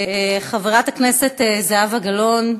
חברת הכנסת זהבה גלאון,